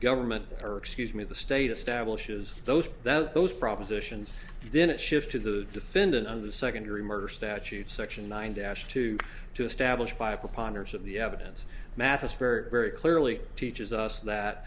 government or excuse me the state of stablish is those that those propositions then it shifted the defendant on the second degree murder statute section nine dash two to establish five preponderance of the evidence mathis very very clearly teaches us that